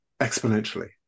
exponentially